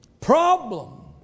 problem